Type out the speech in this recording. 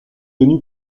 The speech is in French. tenu